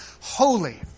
holy